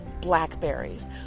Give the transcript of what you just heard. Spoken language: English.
blackberries